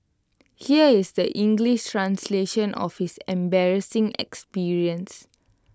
here is the English translation of his embarrassing experience